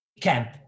camp